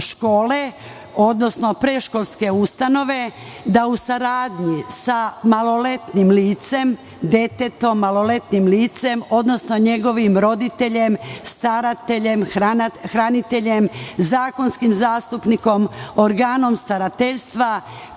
škole, odnosno predškolske ustanove, da u saradnji sa maloletnim licem, detetom-maloletnim licem, odnosno njegovim roditeljem, starateljem, hraniteljem, zakonskim zastupnikom, organom starateljstva,